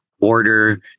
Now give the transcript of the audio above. order